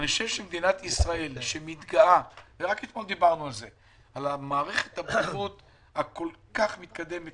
מדינת ישראל שמתגאה במערכת הבריאות המתקדמת